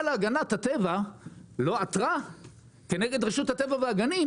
להגנת הטבע לא עתרה כנגד רשות הטבע והגנים,